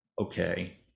okay